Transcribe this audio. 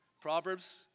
Proverbs